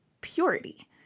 Purity